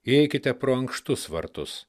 įeikite pro ankštus vartus